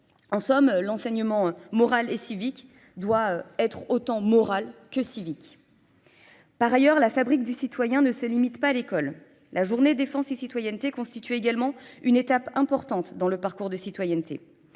En somme, l'enseignement moral et civique doit être autant moral que civique. Par ailleurs, la fabrique du citoyen ne se limite pas à l'école. La Journée Défense et Citoyenneté constitue également une étape importante dans le parcours de citoyenneté.